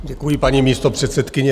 Děkuji, paní místopředsedkyně.